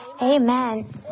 amen